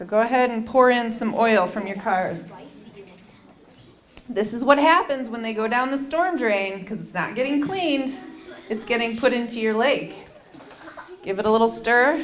so go ahead and pour in some oil from your tires this is what happens when they go down the storm drain because it's not getting cleaned it's getting put into your lake give it a little stir